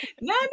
no